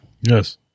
Yes